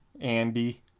Andy